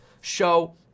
show